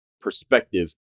perspective